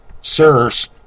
Sirs